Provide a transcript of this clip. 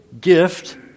gift